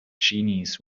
genies